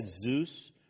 Zeus